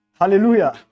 Hallelujah